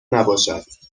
نباشد